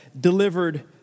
delivered